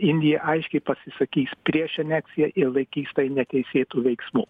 indija aiškiai pasisakys prieš aneksiją ir laikys tai neteisėtu veiksmu